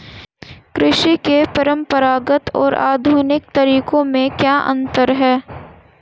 कृषि के परंपरागत और आधुनिक तरीकों में क्या अंतर है?